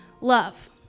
love